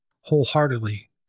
wholeheartedly